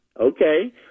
Okay